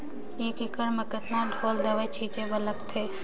एक एकड़ म कतका ढोल दवई छीचे बर लगथे?